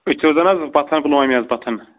أسۍ چھِو روزان حظ پَتھن پُلوامہِ حظ پَتھن